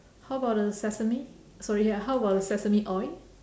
how about the sesame sorry ah how about the sesame oil